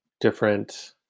different